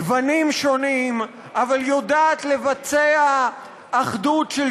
גוונים שונים אבל יודעת לבצע אחדות של